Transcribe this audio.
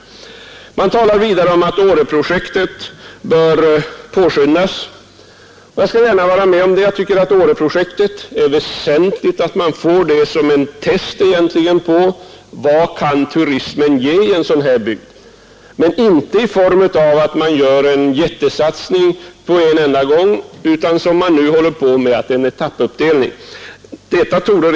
Motionärerna anför vidare att Åreprojektet bör påskyndas. Jag skall gärna hålla med om det. Jag tycker att det är väsentligt att man kan genomföra Åreprojektet som ett test på vad turismen kan ge en sådan här bygd. Men detta skall inte ske i form av en jättesatsning på en enda gång utan i en etappuppdelning, som man nu arbetar med.